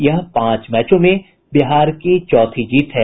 यह पांच मैचों में बिहार की चौथी जीत है